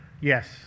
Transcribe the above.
Yes